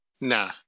Nah